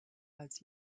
als